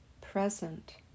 present